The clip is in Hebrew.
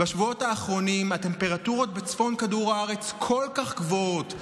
בשבועות האחרונים הטמפרטורות בצפון כדור הארץ כל כך גבוהות,